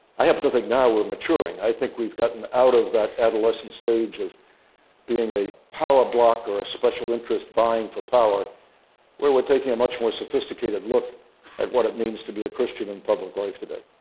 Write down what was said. i happen to think now we're maturing. i think we've gotten out of that adolescent stage of being a power block or a special interest vying for power where we're taking a much more sophisticated look at what it means to be a christian in public life today